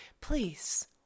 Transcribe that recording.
please